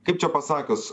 kaip čia pasakius